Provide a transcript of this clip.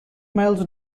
miles